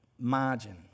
margin